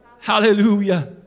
Hallelujah